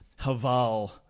Haval